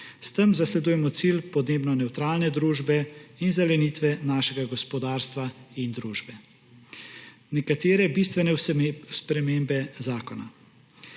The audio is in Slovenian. S tem zasledujemo cilj podnebno nevtralne družbe in zelenitve našega gospodarstva in družbe. Nekatere bistvene spremembe zakona.